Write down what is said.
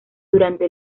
durante